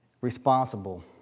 responsible